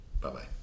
Bye-bye